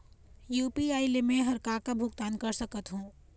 UPI ले मे हर का का भुगतान कर सकत हो?